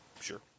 Sure